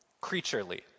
Creaturely